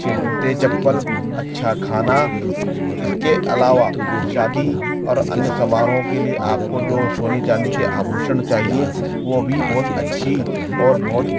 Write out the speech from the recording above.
अच्छे जूते चपल अच्छा खाना इसके अलावा शादी और अन्य समारोह के लिए आपको जो सोने चांदी के आभूषण चाहिए वो भी बहुत अच्छी और बहुत